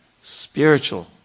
spiritual